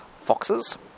foxes